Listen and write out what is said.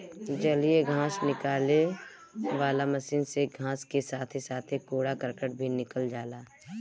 जलीय घास निकाले वाला मशीन से घास के साथे साथे कूड़ा करकट भी निकल जाला